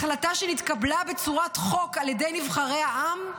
החלטה שנתקבלה בצורת חוק על ידי נבחרי העם?"